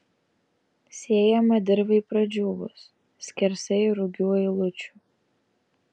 sėjama dirvai pradžiūvus skersai rugių eilučių